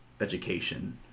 education